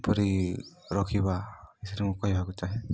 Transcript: ପରି ରଖିବା ଏରେ ମୁଁ କହିବାକୁ ଚାହେଁ